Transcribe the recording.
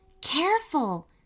careful